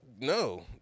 no